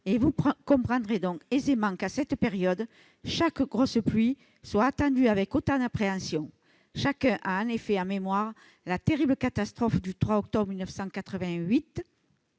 Vous comprendrez donc aisément qu'à cette période chaque grosse pluie soit attendue avec tant d'appréhension. Chacun a en effet en mémoire la terrible catastrophe du 3 octobre 1988